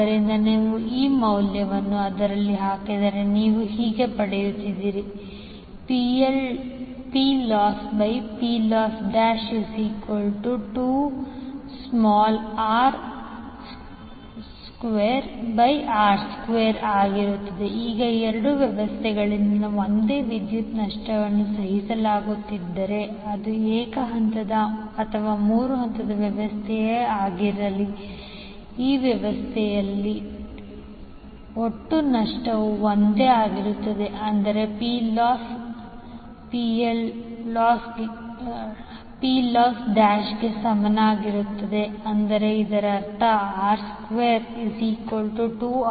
ಆದ್ದರಿಂದ ನೀವು ಈ ಮೌಲ್ಯಗಳನ್ನು ಇದರಲ್ಲಿ ಹಾಕಿದರೆ ನೀವು ಪಡೆಯುತ್ತೀರಿ PlossPloss2r2r2 ಈಗ ಎರಡೂ ವ್ಯವಸ್ಥೆಗಳಲ್ಲಿ ಒಂದೇ ವಿದ್ಯುತ್ ನಷ್ಟವನ್ನು ಸಹಿಸಲಾಗುತ್ತಿದ್ದರೆ ಅದು ಏಕ ಹಂತ ಅಥವಾ ಮೂರು ಹಂತದ ವ್ಯವಸ್ಥೆ ಆಗಿರಲಿ ಈ ವ್ಯವಸ್ಥೆಯಲ್ಲಿನ ಒಟ್ಟು ನಷ್ಟವು ಒಂದೇ ಆಗಿರುತ್ತದೆ ಅಂದರೆ Ploss Ploss ಗೆ ಸಮಾನವಾಗಿರುತ್ತದೆ ಅಂದರೆ ಇದರ ಅರ್ಥ r22r2